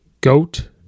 GOAT